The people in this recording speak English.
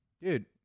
Dude